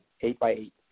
eight-by-eight